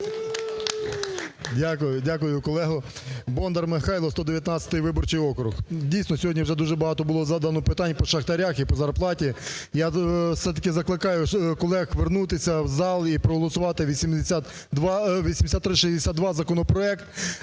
Дякую колего! Бондар Михайло, 119-й виборчий округ. Дійсно, сьогодні вже дуже багато було задано питань і по шахтарях , і по зарплаті. Я все-таки закликаю колег вернутися в зал і проголосувати 8362 законопроект.